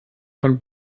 von